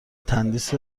تندیس